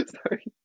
Sorry